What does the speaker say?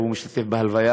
והוא משתתף בהלוויה,